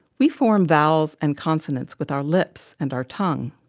we form vowels and consonants with our lips and our tongue.